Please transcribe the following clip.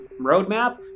roadmap